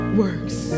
works